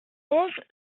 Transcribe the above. onze